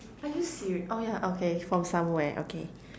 are you seri~ oh yeah okay from somewhere okay